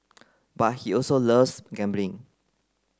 but he also loves gambling